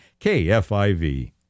KFIV